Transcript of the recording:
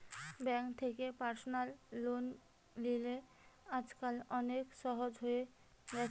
bank থেকে personal loan লিলে আজকাল অনেক সহজ হয়ে গেছে